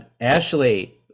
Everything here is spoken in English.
ashley